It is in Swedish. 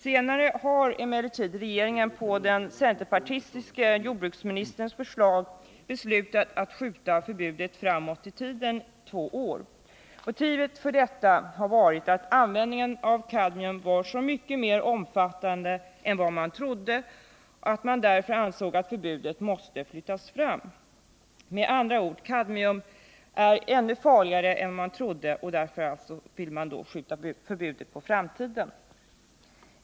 Senare har emellertid regeringen på den centerpartistiske jordbruksministerns förslag beslutat att skjuta förbudet framåt i tiden två år. Motivet för detta var att användningen av kadmium var så mycket mer omfattande än man trodde och att man därför ansåg att förbudet måste flyttas fram. Kadmium var med andra ord ännu farligare än man trodde, och därför ville man skjuta förbudet på framtiden.